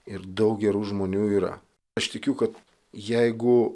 ir daug gerų žmonių yra aš tikiu kad jeigu